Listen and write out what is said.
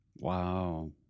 Wow